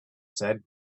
said